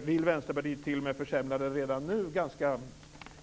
Vill Vänsterpartiet t.o.m. försämra den redan nu ganska